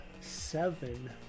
Seven